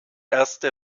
erste